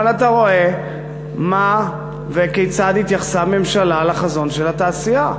אבל אתה רואה מה וכיצד התייחסה הממשלה לחזון של התעשייה.